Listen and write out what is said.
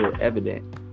evident